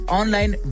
online